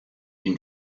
been